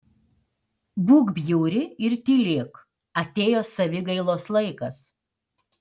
būk bjauri ir tylėk atėjo savigailos laikas